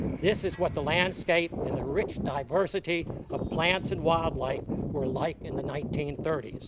this is what the landscape and the rich diversity of plants and wildlife were like in the nineteen thirty s.